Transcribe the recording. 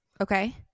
Okay